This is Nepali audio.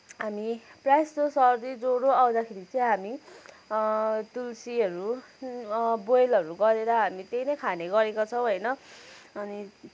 हामी प्राय जस्तो सर्दी ज्वरो आउँदाखेरि चाहिँ हामी तुलसीहरू बोइलहरू गरेर हामी त्यही नै खाने गरेका छौँ होइन अनि